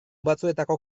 batzuetako